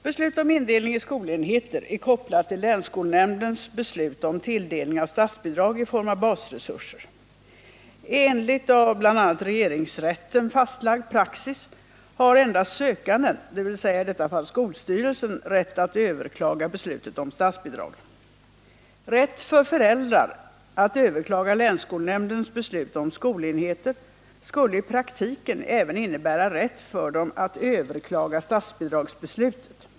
Beslut om indelning i skolenheter är kopplat till länsskolnämndens beslut om tilldelning av statsbidrag i form av basresurser. Enligt av bl.a. regeringsrätten fastlagd praxis har endast sökanden, dvs. i detta fall skolstyrelsen, rätt att överklaga beslut om statsbidrag. Rätt för föräldrar att överklaga länsskolnämndens beslut om skolenheter skulle i praktiken även innebära rätt för dem att överklaga statsbidragsbeslutet.